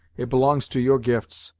it belongs to your gifts,